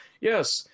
yes